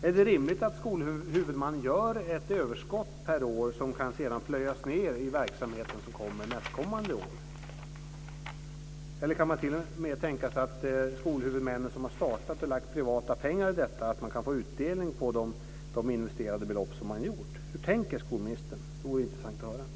Är det rimligt att skolhuvudmännen gör ett överskott per år som sedan kan plöjas ned i den verksamhet som kommer nästkommande år? Eller kan man t.o.m. tänka sig att skolhuvudmännen, som har startat det här och lagt ned privata pengar på detta, kan få utdelning på de belopp som de har investerat? Hur tänker skolministern? Det vore intressant att höra.